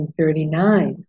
1939